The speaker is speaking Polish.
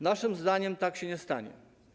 Naszym zdaniem tak się nie stanie.